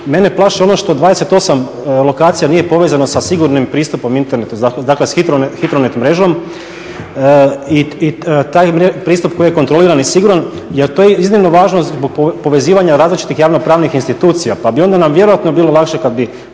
mene plaši ono što 28 lokacija nije povezano sa sigurnim pristupom internetu, dakle s hitro net mrežom. I taj pristup koji je kontroliran i siguran, jer to je iznimno važno zbog povezivanja različitih javnopravnih institucija. Pa bi nam onda vjerojatno bilo lakše kad bi